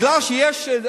מפני שיש,